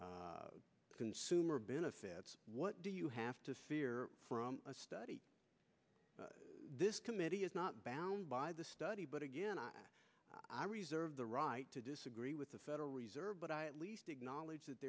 interest consumer benefits what do you have to fear from a study this committee is not bound by the study but again i reserve the right to disagree with the federal reserve but i at least acknowledge that